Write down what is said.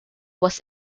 was